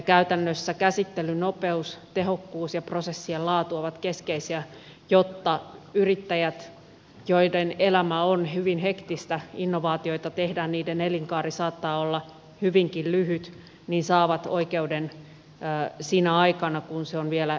käytännössä käsittelyn nopeus tehokkuus ja prosessien laatu ovat keskeisiä tekijöitä jotta yrittäjät joiden elämä on hyvin hetkistä innovaatioita tehdään niiden elinkaari saattaa olla hyvinkin lyhyt saavat oikeuden sinä aikana kun innovaatio on vielä hyödynnettävissä